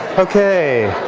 ok,